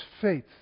faith